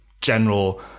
general